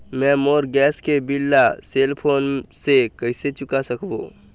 मैं मोर गैस के बिल ला सेल फोन से कइसे चुका सकबो?